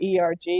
ERG